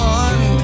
one